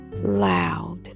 loud